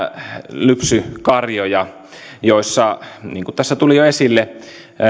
lypsykarjoja joissa niin kuin tässä tuli jo esille